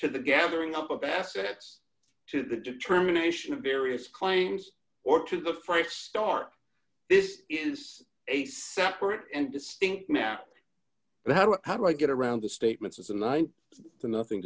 to the gathering up of assets to the determination of various claims or to the fresh start this is a separate and distinct map and how how do i get around the statements as a nine to nothing